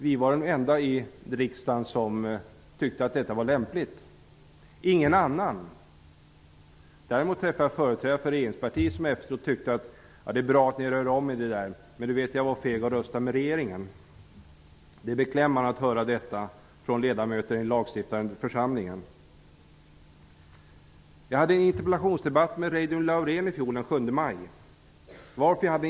Vi var de enda i riksdagen som tyckte att detta var lämpligt. Däremot träffade jag företrädare för regeringspartier som efteråt tyckte: Det är bra att ni rör om i det där. Men, vet du, jag var feg och röstade med regeringen. Det är beklämmande att höra detta från ledamöter i den lagstiftande församlingen. Jag hade en interpellationsdebatt med Reidunn Laurén den 7 maj i fjol.